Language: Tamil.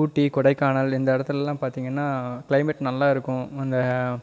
ஊட்டி கொடைக்கானல் இந்த இடத்துலலாம் பார்த்திங்கனா கிளைமேட் நல்லா இருக்கும் இந்த